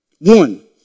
One